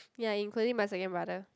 ya including my second brother